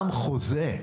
חוזה.